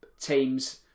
teams